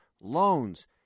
loans